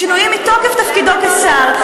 בשינויים מתוקף תפקידו כשר,